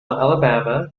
alabama